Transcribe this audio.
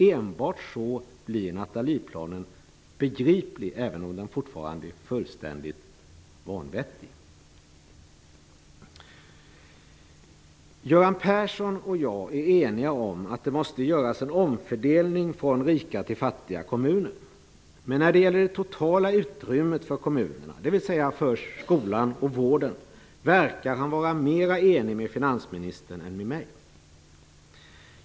Enbart så blir Nathalieplanen begriplig, även om den fortfarande är fullständigt vanvettig. Göran Persson och jag är eniga om att det måste göras en omfördelning från rika till fattiga kommuner. Men när det gäller det totala utrymmet för kommunerna, dvs. för skolan och vården, verkar han vara mer enig med finansministern än med mig.